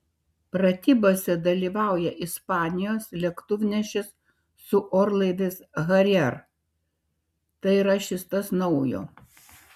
pratybose dalyvauja ispanijos lėktuvnešis su orlaiviais harrier tai yra šis tas naujo